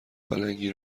پلنگی